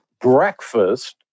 breakfast